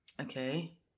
Okay